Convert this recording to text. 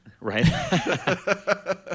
Right